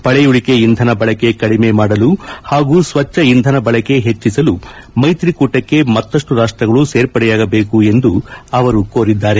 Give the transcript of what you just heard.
ಪಳಯುಳಿಕೆ ಇಂಧನ ಬಳಕೆ ಕಡಿಮೆ ಮಾಡಲು ಹಾಗೂ ಸ್ವಚ್ಚ ಇಂಧನ ಬಳಕೆ ಹೆಚ್ಚಿಸಲು ಮೈತ್ರಿಕೂಟಕ್ಕೆ ಮತ್ತಮ್ಮ ರಾಷ್ಟ್ರಗಳು ಸೇರ್ಪಡೆಯಾಗಬೇಕು ಎಂದು ಅವರು ಕೋರಿದ್ದಾರೆ